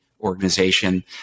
organization